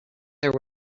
there